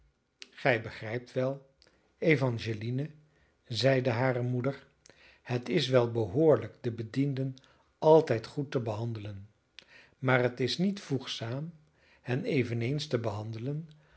gij begrijpt wel evangeline zeide hare moeder het is wel behoorlijk de bedienden altijd goed te behandelen maar het is niet voegzaam hen eveneens te behandelen